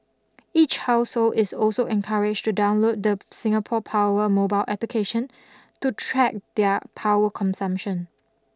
each household is also encouraged to download the Singapore power mobile application to track their power consumption